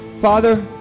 father